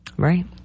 right